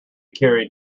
carried